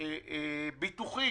הנושא הביטוחי,